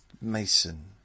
Mason